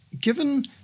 given